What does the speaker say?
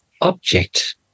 object